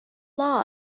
law